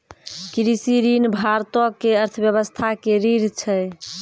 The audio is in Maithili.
कृषि ऋण भारतो के अर्थव्यवस्था के रीढ़ छै